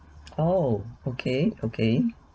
oh okay okay